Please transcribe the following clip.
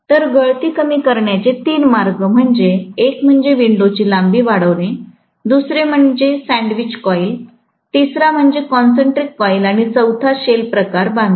तर गळती कमी करण्याचे तीन मार्ग म्हणजे एक म्हणजे विंडोची लांबी वाढविणे दुसरे म्हणजे सँडविच कॉईल तिसरा म्हणजे कॉनसेंट्रिक कॉइल आणि चौथा शेलप्रकार बांधकाम